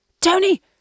Tony